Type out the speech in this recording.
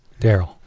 Daryl